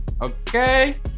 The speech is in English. Okay